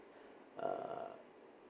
uh